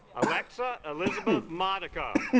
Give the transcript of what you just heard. alexa elizabeth monica